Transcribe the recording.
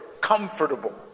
comfortable